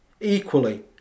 equally